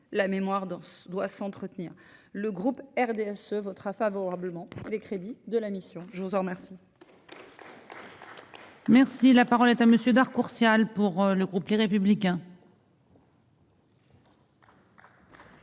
la mémoire dans doit s'entretenir le groupe RDSE votera favorablement pour les crédits de la mission, je vous en remercie.